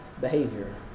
behavior